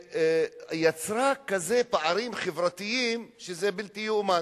יצר כאלו פערים חברתיים, שזה בלתי יאומן